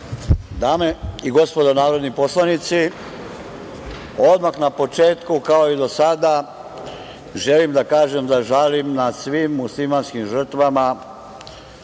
Dame i gospodo narodni poslanici, odmah na početku, kao i do sada, želim da kažem da žalim nad svim muslimanskim žrtvama